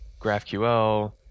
GraphQL